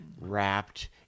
wrapped